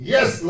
Yes